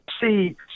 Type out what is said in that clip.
see